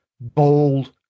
bold